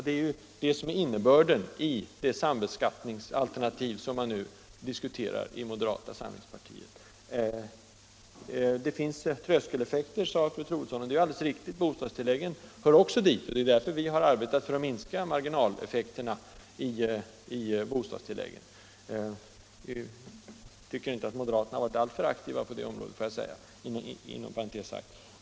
Det är ju det som är innebörden i det sambeskattningsalternativ som man nu diskuterar i moderata samlingspartiet. Det finns tröskeleffekter, sade fru Troedsson, och det är alldeles riktigt. Bostadstilläggen hör också dit, och det är därför som vi har arbetat för att minska marginaleffekterna i bostadstilläggen. Jag tycker inom parentes sagt inte att moderaterna varit alltför aktiva på det området.